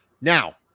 now